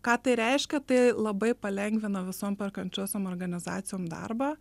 ką tai reiškia tai labai palengvina visom perkančiosiom organizacijom darbą